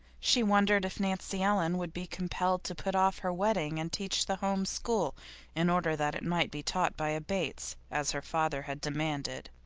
she wondered if nancy ellen would be compelled to put off her wedding and teach the home school in order that it might be taught by a bates, as her father had demanded.